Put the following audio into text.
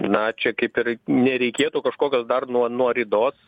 na čia kaip ir nereikėtų kažkokios dar nuo nuo ridos